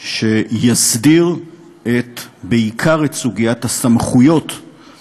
שיסדיר בעיקר את סוגיית הסמכויות בין הגופים שונים,